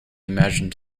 imagined